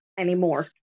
anymore